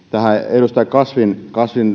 edustaja kasvin